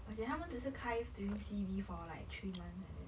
as in 他们只是开 during C_B for like three months like that